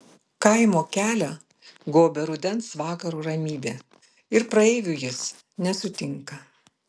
kaimo kelią gobia rudens vakaro ramybė ir praeivių jis nesutinka